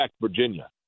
Virginia